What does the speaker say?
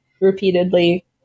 repeatedly